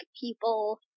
people